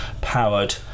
powered